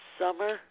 summer